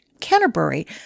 Canterbury